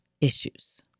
issues